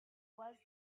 was